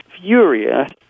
furious